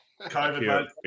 COVID